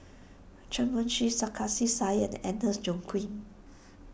Chen Wen Hsi Sarkasi Said and Agnes Joaquim